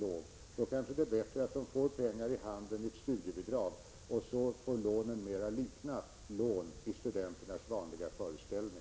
Då är det kanske bättre att de får pengar i handen i form av studiebidrag, och då får lånen mera likna lån i studenternas vanliga föreställning.